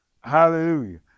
hallelujah